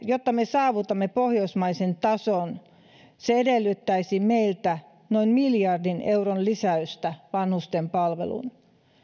jotta me saavutamme pohjoismaisen tason se edellyttäisi meiltä noin miljardin euron lisäystä vanhustenpalveluihin